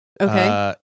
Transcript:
Okay